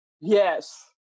Yes